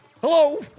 Hello